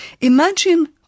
Imagine